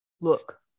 Look